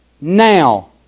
now